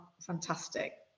fantastic